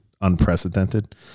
unprecedented